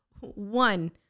One